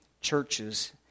churches